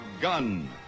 gun